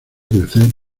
crecer